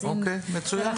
מצוין.